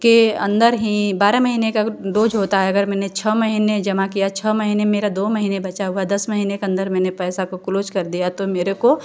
के अंदर ही बारह महीने का डोज होता है अगर मैंने छः महीने जमा किया छः महीने मेरे दो महीने बचा हुआ दस महीने के अंदर मैं पैसे को क्लोज कर दिया तो मेरे को